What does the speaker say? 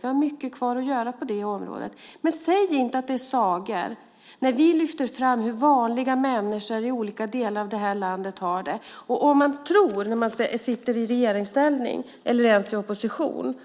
Vi har mycket kvar att göra på det området. Men säg inte att det är sagor när vi lyfter fram hur vanliga människor i olika delar av landet har det. Om man när man sitter i regeringsställning eller i opposition tror